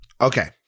Okay